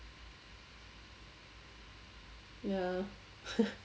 ya